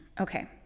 Okay